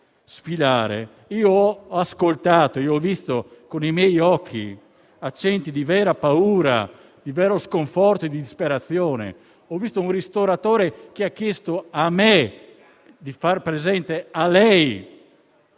ho ascoltato e visto con i miei occhi accenti di vera paura, di vero sconforto e disperazione. Ho visto un ristoratore che mi ha chiesto di farle presente se